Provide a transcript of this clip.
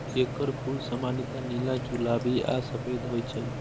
एकर फूल सामान्यतः नीला, गुलाबी आ सफेद होइ छै